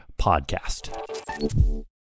podcast